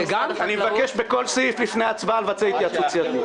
30,650 אלפי ש"ח -- התייעצות סיעתית...